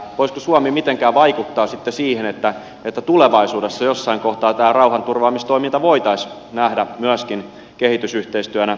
voisiko suomi mitenkään vaikuttaa sitten siihen että tulevaisuudessa jossain kohtaa tämä rauhanturvaamistoiminta voitaisiin nähdä myöskin kehitysyhteistyönä